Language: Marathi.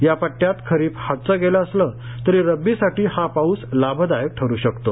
या पद्दयात खरीप हातचं गेलं असलं तरी रब्बीसाठी हा पाऊस लाभदायक ठरू शकतो